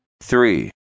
Three